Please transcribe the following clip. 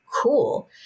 cool